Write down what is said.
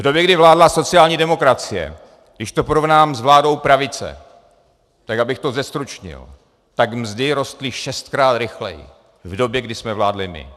V době, kdy vládla sociální demokracie, když to porovnám s vládou pravice, tak abych to zestručnil, tak mzdy rostly šestkrát rychleji v době, kdy jsme vládli my.